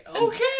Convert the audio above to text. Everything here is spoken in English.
Okay